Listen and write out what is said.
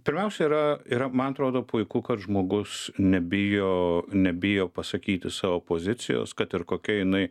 pirmiausia yra yra man atrodo puiku kad žmogus nebijo nebijo pasakyti savo pozicijos kad ir kokia jinai